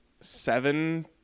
seven